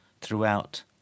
throughout